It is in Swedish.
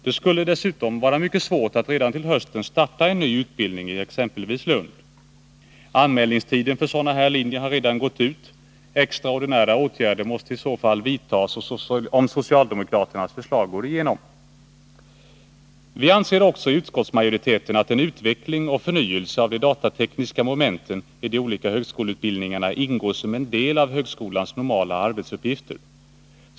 Det skulle dessutom vara mycket svårt att redan i höst starta en ny utbildning exempelvis i Lund. Anmälningstiden för sådana här linjer har redan gått ut. Extraordinära åtgärder måste i så fall vidtas, om socialdemokraternas förslag går igenom. Utskottsmajoriteten anser också att en utveckling och förnyelse av de datatekniska momenten i högskoleutbildningarna ingår som en del i högskolans normala arbetsuppgifter.